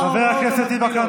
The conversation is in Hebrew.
חבר הכנסת יברקן,